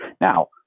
now